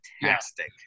fantastic